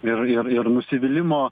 ir ir ir nusivylimo